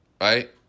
Right